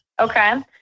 okay